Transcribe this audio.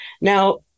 Now